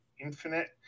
Infinite